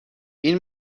این